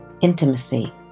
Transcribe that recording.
intimacy